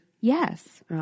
yes